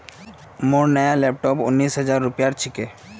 मोर नया लैपटॉप उन्नीस हजार रूपयार छिके